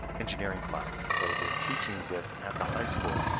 engineering class. so they're teaching this at the high school